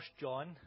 John